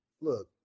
Look